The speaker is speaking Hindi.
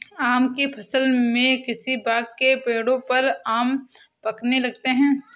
आम की फ़सल में किसी बाग़ के पेड़ों पर आम पकने लगते हैं